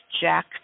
Jack